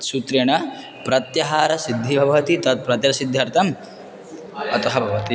सूत्रेण प्रत्याहारसिद्धिः भवति तत् प्रत्ययसिद्ध्यर्थम् अतः भवति